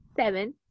Seven